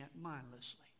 mindlessly